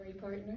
partner